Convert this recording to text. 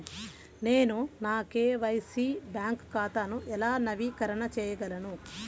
నేను నా KYC bank ఖాతాను ఎలా నవీకరణ చేయగలను?